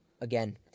Again